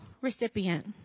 recipient